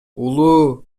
улуу